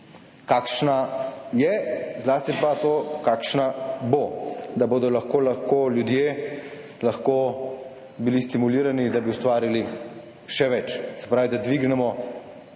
kakšna je, zlasti pa to, kakšna bo, da bodo ljudje stimulirani, da bi ustvarili še več, se pravi, da dvignemo